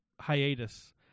hiatus